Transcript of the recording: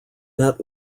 net